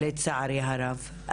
לצערי הרב.